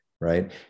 right